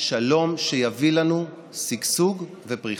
שלום שיביא לנו שגשוג ופריחה.